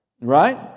Right